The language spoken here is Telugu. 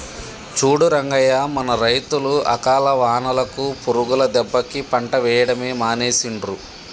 చూడు రంగయ్య మన రైతులు అకాల వానలకు పురుగుల దెబ్బకి పంట వేయడమే మానేసిండ్రు